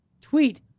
tweet